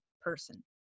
person